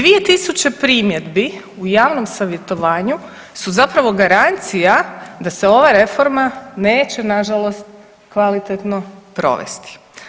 2000 primjedbi u javnom savjetovanju su zapravo garancija da se ova reforma neće nažalost kvalitetno provesti.